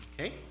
okay